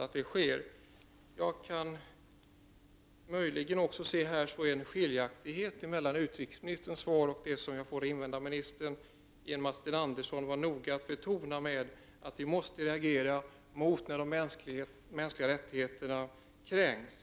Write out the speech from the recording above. Jag kan här möjligen också se en skiljaktighet mellan utrikesministerns svar och det svar jag fått av invandrarministern, genom att Sten Andersson var noga med att betona att vi måste reagera när de mänskliga rättigheterna kränks.